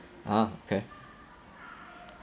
ah okay